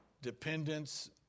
Dependence